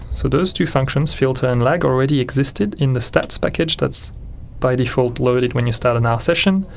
so those two functions, filter and lag, already existed in the stats package that's by default loaded when you start an r session,